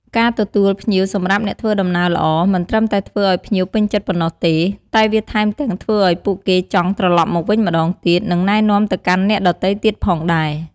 ការទទួលភ្ញៀវសម្រាប់អ្នកធ្វើដំណើរល្អ មិនត្រឹមតែធ្វើឲ្យភ្ញៀវពេញចិត្តប៉ុណ្ណោះទេ តែវាថែមទាំងធ្វើឲ្យពួកគេចង់ ត្រលប់មកវិញម្តងទៀត និងណែនាំទៅកាន់អ្នកដទៃទៀតផងដែរ។